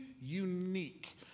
unique